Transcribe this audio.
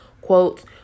quotes